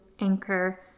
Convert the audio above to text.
anchor